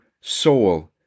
soul